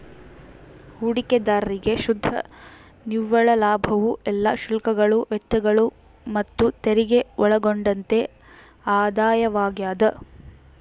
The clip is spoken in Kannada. ಹೂಡಿಕೆದಾರ್ರಿಗೆ ಶುದ್ಧ ನಿವ್ವಳ ಲಾಭವು ಎಲ್ಲಾ ಶುಲ್ಕಗಳು ವೆಚ್ಚಗಳು ಮತ್ತುತೆರಿಗೆ ಒಳಗೊಂಡಂತೆ ಆದಾಯವಾಗ್ಯದ